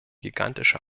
gigantische